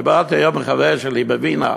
דיברתי היום עם החבר שלי בווינה.